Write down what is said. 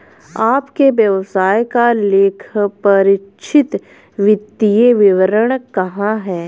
आपके व्यवसाय का लेखापरीक्षित वित्तीय विवरण कहाँ है?